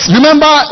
Remember